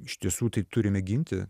iš tiesų tai turime ginti